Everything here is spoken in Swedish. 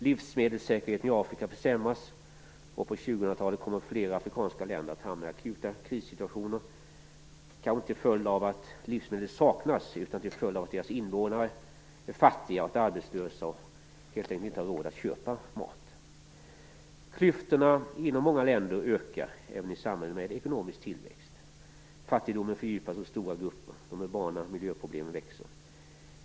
Livsmedelssäkerheten i Afrika försämras, och på 2000-talet kommer flera afrikanska länder att hamna i akuta krissituationer, kanske inte till följd av att livsmedel saknas, utan till följd av att deras invånare är fattiga och arbetslösa och helt enkel inte har råd att köpa mat. Klyftorna inom många länder ökar, även i samhällen med ekonomisk tillväxt. Fattigdomen fördjupas hos stora grupper. De urbana miljöproblemen växer.